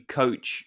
coach